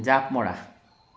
জাপ মৰা